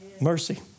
mercy